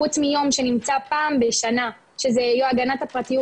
חוץ מיום שנמצא פעם בשנה שזה יום הגנת הפרטיות